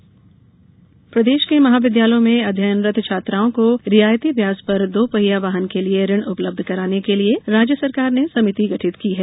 समिति बैठक प्रदेश के महाविद्यालयों में अध्ययनरत छात्राओं को रियायती ब्याज पर दो पहिया वाहन के लिये ऋण उपलब्ध कराने के लिये राज्य सरकार ने समिति गठित की है